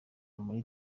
muri